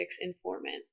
informant